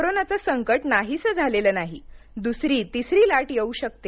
कोरोनाचं संकट नाहीसं झालेलं दुसरी तिसरी लाट येऊ शकते